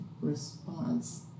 response